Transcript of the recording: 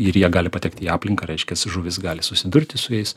ir jie gali patekt į aplinką reiškiasi žuvys gali susidurti su jais